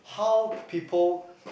how people